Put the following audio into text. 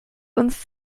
uns